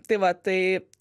tai vat tai